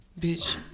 Bitch